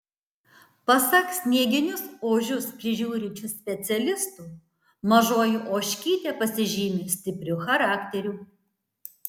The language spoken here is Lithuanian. pasak snieginius ožius prižiūrinčių specialistų mažoji ožkytė pasižymi stipriu charakteriu